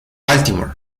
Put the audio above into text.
baltimore